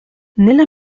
nella